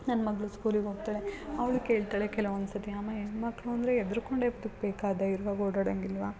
ನನ್ನ ಮಗಳು ಸ್ಕೂಲಿಗೆ ಹೋಗ್ತಾಳೆ ಅವಳು ಕೇಳ್ತಾಳೆ ಕೆಲವೊಂದು ಸರ್ತಿ ಅಮ್ಮ ಹೆಣ್ಮಕ್ಳು ಅಂದರೆ ಹೆದ್ರ್ಕೊಂಡೆ ಬದುಕಬೇಕಾ ಧೈರ್ಯವಾಗಿ ಓಡಾಡಂಗಿಲ್ಲವಾ